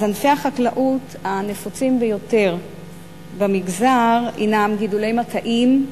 ענפי החקלאות הנפוצים ביותר במגזר הינם גידולי מטעים,